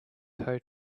tow